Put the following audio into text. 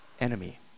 enemy